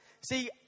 See